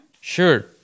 Sure